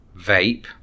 vape